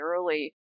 early